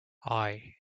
aye